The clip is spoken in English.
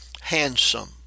handsome